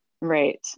Right